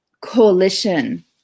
coalition